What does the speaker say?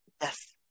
yes